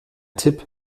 tipp